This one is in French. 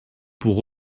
pour